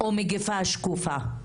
או מגיפה שקופה,